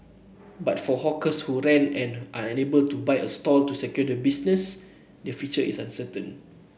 but for hawkers who rent and are unable to buy a stall to secure their business the future is uncertain